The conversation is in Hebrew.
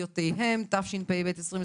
ובזכויותיהם, התשפ"ב-2022,